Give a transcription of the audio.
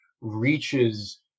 reaches